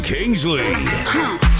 Kingsley